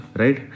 right